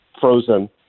frozen